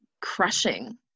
crushing